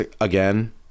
again